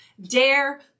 Dare